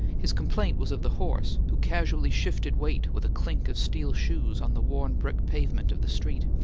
his complaint was of the horse, who casually shifted weight with a clink of steel shoes on the worn brick pavement of the street,